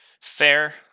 Fair